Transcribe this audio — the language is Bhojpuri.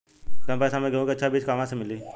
कम पैसा में गेहूं के अच्छा बिज कहवा से ली?